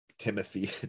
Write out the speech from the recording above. timothy